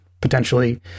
potentially